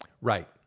Right